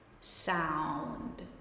sound